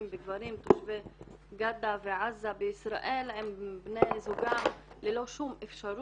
וגברים --- ועזה בישראל עם בני זוגם ללא שום אפשרות.